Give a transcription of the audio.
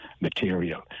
material